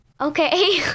okay